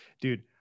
Dude